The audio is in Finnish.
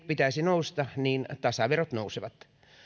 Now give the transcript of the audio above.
pitäisi nousta niin tasaverot nousevat